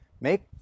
make